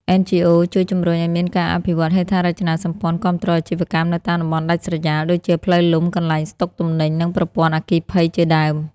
NGOs ជួយជំរុញឱ្យមានការអភិវឌ្ឍហេដ្ឋារចនាសម្ព័ន្ធគាំទ្រអាជីវកម្មនៅតាមតំបន់ដាច់ស្រយាល ដូចជាផ្លូវលំ កន្លែងស្តុកទំនិញ និងប្រព័ន្ធអគ្គិភ័យជាដើម។